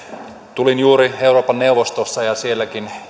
tulin juuri euroopan neuvostosta ja sielläkin